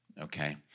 okay